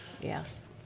yes